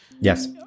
Yes